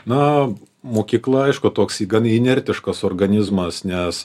na mokykla aišku toks gan inertiškas organizmas nes